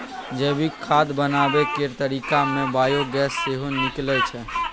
जैविक खाद बनाबै केर तरीका मे बायोगैस सेहो निकलै छै